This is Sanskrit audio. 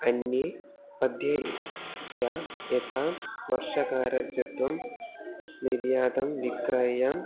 अन्ये मध्ये या यथा वर्षकारकत्वं निर्यातं विक्रयं